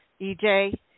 EJ